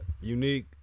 unique